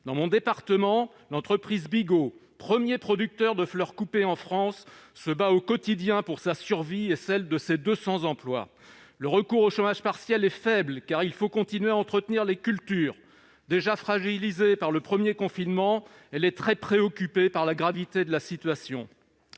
Dans mon département, l'entreprise Bigot, premier producteur de fleurs coupées en France, se bat au quotidien pour sa survie et celle de ses 200 emplois. Le recours au chômage partiel est faible, car il faut continuer à entretenir les cultures. Déjà fragilisée par le premier confinement, l'entreprise est très préoccupée par la gravité de la situation.